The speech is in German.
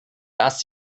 das